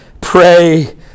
pray